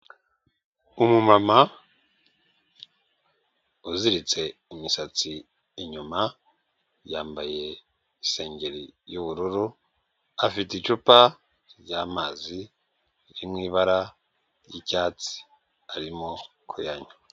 Umumama uziritse imisatsi inyuma, yambaye isengeri y'ubururu afite icupa ry'amazi, riri mu ibara ry'icyatsi arimo kuyanywa.